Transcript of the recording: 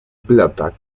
plata